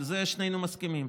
על זה שנינו מסכימים.